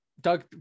Doug